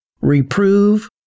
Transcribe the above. Reprove